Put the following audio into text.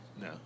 No